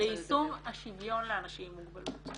ויישום השוויון לאנשים עם מוגבלות.